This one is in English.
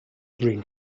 dream